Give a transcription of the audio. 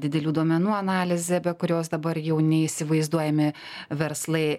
didelių duomenų analizę be kurios dabar jau neįsivaizduojami verslai